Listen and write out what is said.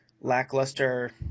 lackluster